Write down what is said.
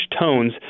tones